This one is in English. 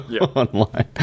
online